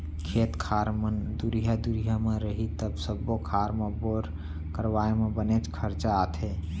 खेत खार मन दुरिहा दुरिहा म रही त सब्बो खार म बोर करवाए म बनेच खरचा आथे